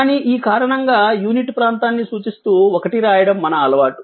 కానీ ఈ కారణంగా యూనిట్ ప్రాంతాన్ని సూచిస్తూ 1 రాయడం మన అలవాటు